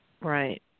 Right